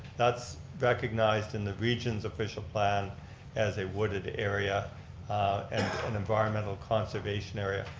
that's recognized in the region's official plan as a wooded area and an environmental conservation area.